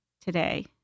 today